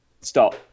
stop